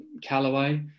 Callaway